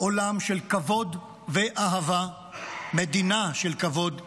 עולם של כבוד ואהבה, מדינה של כבוד ואהבה,